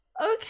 okay